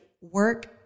work